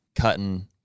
cutting